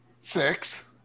Six